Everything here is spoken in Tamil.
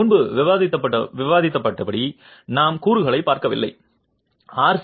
முன்பு விவாதிக்கப்பட்டபடி நாம் கூறுகளைப் பார்க்கவில்லை ஆர்